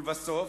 ולבסוף,